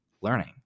learning